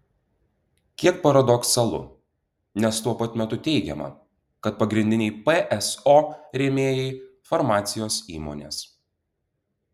kiek paradoksalu nes tuo pat metu teigiama kad pagrindiniai pso rėmėjai farmacijos įmonės